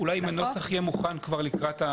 אולי אם הנוסח יהיה מוכן כבר לקראת,